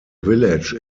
village